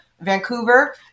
Vancouver